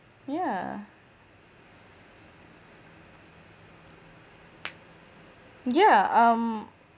yeah yeah um